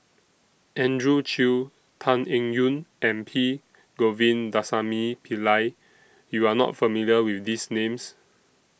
Andrew Chew Tan Eng Yoon and P Govindasamy Pillai YOU Are not familiar with These Names